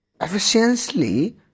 efficiently